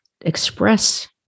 express